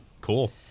Cool